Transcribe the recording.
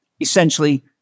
essentially